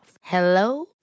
Hello